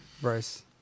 Bryce